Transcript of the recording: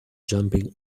jumping